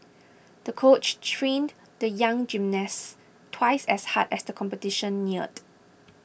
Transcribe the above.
the coach trained the young gymnast twice as hard as the competition neared